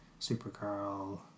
Supergirl